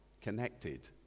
connected